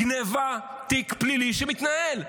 גנבה, תיק פלילי שמתנהל.